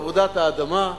עבודת האדמה.